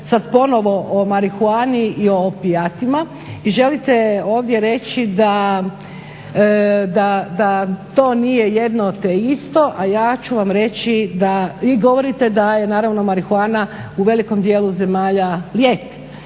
sad ponovno o marihuani i o opijatima i želite ovdje reći da to nije jedno te isto, a ja ću vam reći, i govorite da je naravno marihuana u velikom dijelu zemalja lijek.